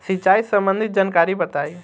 सिंचाई संबंधित जानकारी बताई?